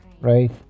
right